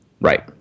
Right